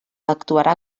actuarà